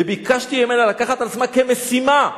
וביקשתי ממנה לקחת על עצמה כמשימה,